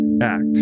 act